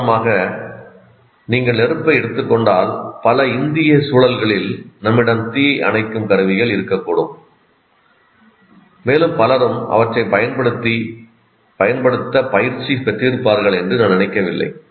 உதாரணமாக நீங்கள் நெருப்பை எடுத்துக் கொண்டால் பல இந்திய சூழல்களில் நம்மிடம் தீயை அணைக்கும் கருவிகள் இருக்கக்கூடும் மேலும் பலரும் அவற்றைப் பயன்படுத்த பயிற்சி பெற்றிருப்பார்கள் என்று நான் நினைக்கவில்லை